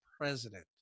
president